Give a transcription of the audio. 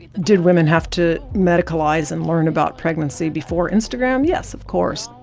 did women have to medicalise and learn about pregnancy before instagram? yes, of course.